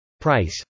Price